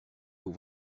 aux